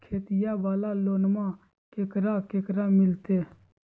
खेतिया वाला लोनमा केकरा केकरा मिलते?